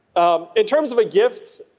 um in terms of gifts,